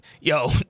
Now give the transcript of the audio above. Yo